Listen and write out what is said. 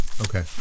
Okay